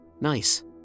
Nice